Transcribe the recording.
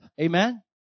Amen